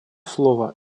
слово